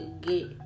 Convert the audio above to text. get